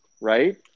right